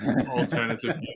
alternative